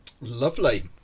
lovely